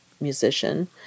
musician